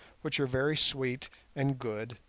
which are very sweet and good,